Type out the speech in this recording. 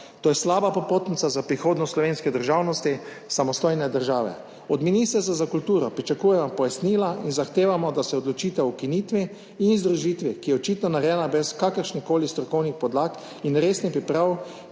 To je slaba popotnica za prihodnost slovenske državnosti in samostojnost države /…/ Od Ministrstva za kulturo pričakujemo pojasnila in zahtevamo, da se odločitev o ukinitvi in združitvi, ki je očitno narejena brez kakršnihkoli strokovnih podlag in resnih priprav,